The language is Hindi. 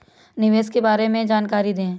निवेश के बारे में जानकारी दें?